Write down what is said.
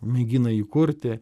mėgina jį kurti